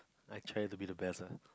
I try to be the best lah